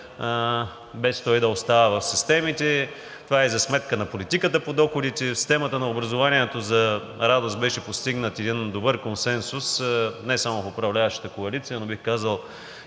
без той да остава в системите. Това е за сметка на политиката по доходите. В системата на образованието, за радост, беше постигнат един добър консенсус не само в управляващата коалиция, но бих казал